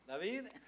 David